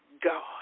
God